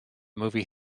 movie